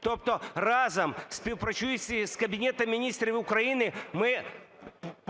Тобто разом співпрацюючи з Кабінетом Міністрів України,